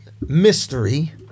mystery